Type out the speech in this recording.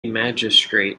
magistrate